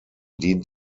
dient